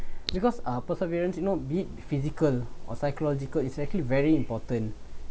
because uh perseverance you know be physical or psychological is actually very important